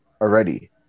already